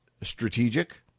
strategic